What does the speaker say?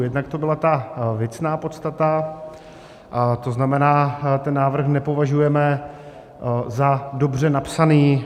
Jednak to byla věcná podstata, to znamená, ten návrh nepovažujeme za dobře napsaný.